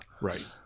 Right